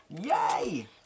Yay